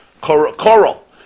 coral